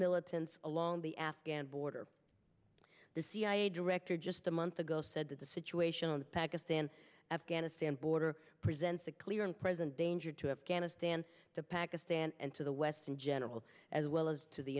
militants along the afghan border the cia director just a month ago said that the situation on the pakistan afghanistan border presents a clear and present danger to have ghana stand to pakistan and to the west in general as well as to the